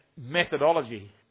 methodology